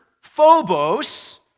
phobos